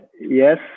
Yes